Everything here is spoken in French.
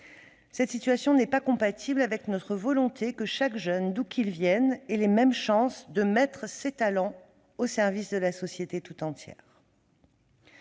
Cette situation n'est pas compatible avec notre volonté que chaque jeune, d'où qu'il vienne, ait les mêmes chances de mettre ses talents au service de la société tout entière.